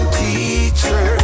teacher